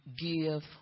give